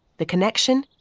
the connection?